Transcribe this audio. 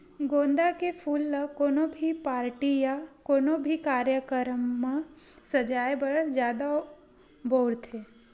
गोंदा के फूल ल कोनो भी पारटी या कोनो भी कार्यकरम म सजाय बर जादा बउरथे